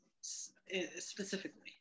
specifically